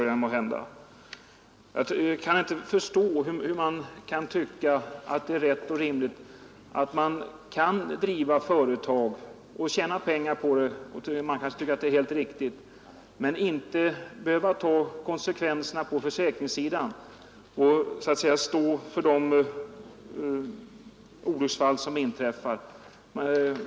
Jag kan inte förstå hur man kan tycka att det är rätt och rimligt att de som driver företag och tjänar pengar på det inte skall behöva ta konsekvenserna i försäkringsavseende och stå för de olyckor som inträffar.